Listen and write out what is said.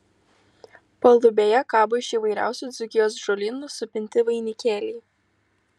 palubėje kabo iš įvairiausių dzūkijos žolynų supinti vainikėliai